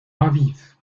aviv